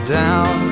down